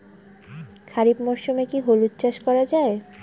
খরিফ মরশুমে কি হলুদ চাস করা য়ায়?